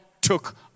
took